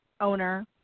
owner